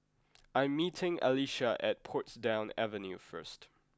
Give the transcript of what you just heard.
I am meeting Alisha at Portsdown Avenue first